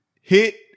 hit